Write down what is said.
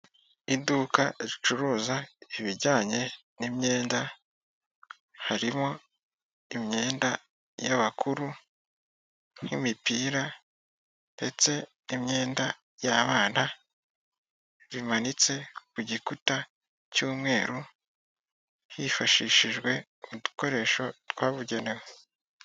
Iduka ricuruza ibijyanye n'imyenda harimo imyenda y'abakuru nk'imipira, ndetse n'imyenda y'abana. Bimanitse ku gikuta cy'umweru, hifashishijwe udukoresho twabugenewe.